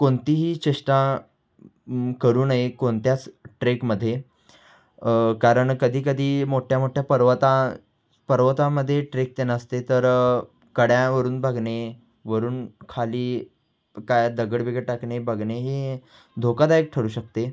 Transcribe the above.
कोणतीही चेष्टा करू नये कोणत्याच ट्रेकमध्ये कारण कधी कधी मोठ्या मोठ्या पर्वता पर्वतामध्ये ट्रेक ते नसते तर कड्यावरून बघणे वरून खाली काय दगड बिगड टाकणे बघणे हे धोकादायक ठरू शकते